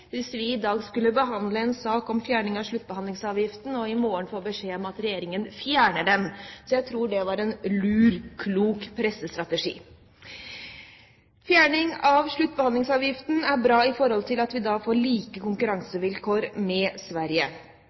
hvis vi i dag skulle behandle en sak om fjerning av sluttbehandlingsavgiften og i morgen få beskjed om at regjeringen fjerner den. Så jeg tror det var en lur, klok, pressestrategi. Fjerning av sluttbehandlingsavgiften er bra fordi vi da får like konkurransevilkår med Sverige.